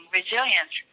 resilience